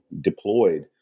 deployed